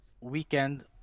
weekend